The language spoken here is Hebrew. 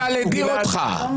איפה הרמטכ"ל הדיר אותך?